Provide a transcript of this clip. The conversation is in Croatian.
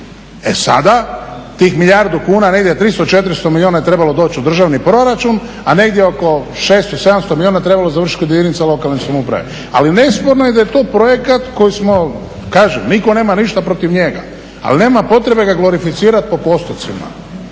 E sada tih milijardu kuna, negdje 300-400 milijuna je trebalo doći u državni proračun, a negdje oko 600-700 milijuna je trebalo završit kod jedinica lokalne samouprave. Ali nesporno je da je to projekat koji smo, kažem nitko nema ništa protiv njega, ali nema potrebe ga glorificirat po postotcima